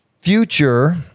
future